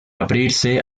abrirse